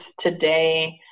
today